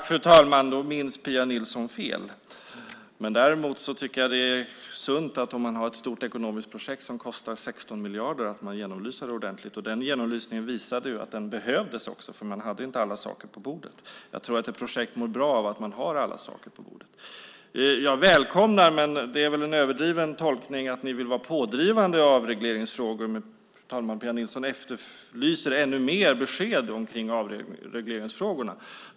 Fru talman! Då minns Pia Nilsson fel. Däremot tycker jag att det är sunt, om man har ett stort ekonomiskt projekt som kostar 16 miljarder, att man genomlyser det ordentligt. Genomlysningen visade ju att det behövdes, för man hade inte alla saker på bordet. Jag tror att projekt mår bra av att man har alla saker på bordet. Jag välkomnar, även om det är en överdriven tolkning, att ni vill vara pådrivande i avregleringsfrågor. Men Pia Nilsson efterlyser, fru talman, ännu mer besked om avregleringsfrågorna.